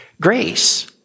Grace